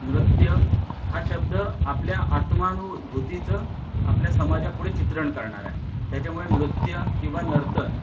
नृत्य हा शब्द आपल्या आत्मानुभूतीचं आपल्या समाजापुढे चित्रण करणारं आहे त्याच्यामुळे नृत्य किंवा नर्तन